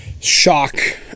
shock